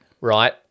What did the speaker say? Right